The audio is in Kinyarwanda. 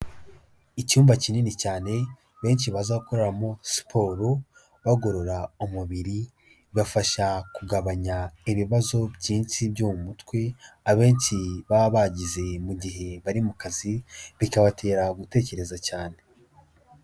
Icyumba kinini cyane benshi baza gukoreramo siporo bagorora umubiri, bibafasha kugabanya ibibazo byinshi byo mu mutwe, abenshi baba bagize mu gihe bari mu kazi bikabatera gutekereza cyane.